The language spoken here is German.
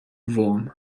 wurm